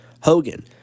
Hogan